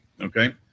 Okay